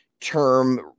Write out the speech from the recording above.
term